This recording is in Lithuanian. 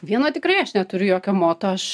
vieno tikrai aš neturiu jokio moto aš